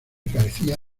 carecía